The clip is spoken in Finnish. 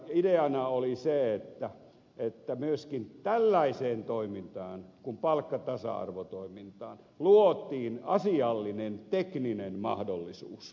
ideana oli se että myöskin tällaiseen toimintaan palkkatasa arvotoimintaan luotiin asiallinen tekninen mahdollisuus